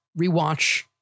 rewatch